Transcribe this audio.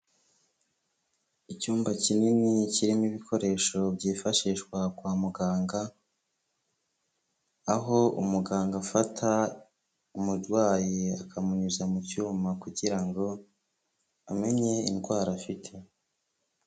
Icyumba kinini kirimo ibikoresho byifashishwa kwa muganga, aho umuganga afata umurwayi akamunyuza mu cyuma kugira ngo amenye indwara afite.